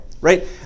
right